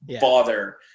bother